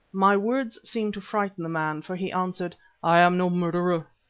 my words seemed to frighten the man, for he answered i am no murderer.